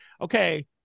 okay